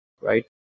right